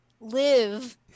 live